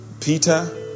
Peter